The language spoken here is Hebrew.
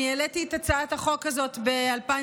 אני העליתי את הצעת החוק הזאת ב-2015,